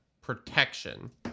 protection